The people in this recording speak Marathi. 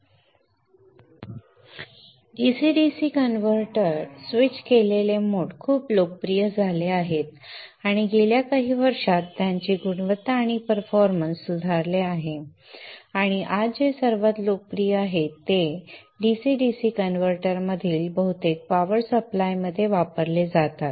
तथापि DC DC कन्व्हर्टर स्विच केलेले मोड खूप लोकप्रिय झाले आहेत आणि गेल्या काही वर्षांत त्यांची गुणवत्ता आणि परफॉर्मन्ससुधारले आहे आणि आज ते सर्वात लोकप्रिय आहेत आणि ते DC DC कन्व्हर्टरमधील बहुतेक पावर सप्लाय मध्ये वापरले जातात